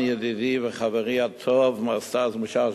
השר התורן, ידידי וחברי הטוב, מר סטס מיסז'ניקוב,